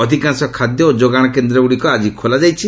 ଅଧିକାଂଶ ଖାଦ୍ୟ ଓ ଯୋଗାଣ କେନ୍ଦ୍ରଗୁଡ଼ିକ ଆକି ଖୋଲାଯାଇଛି